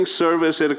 service